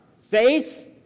Faith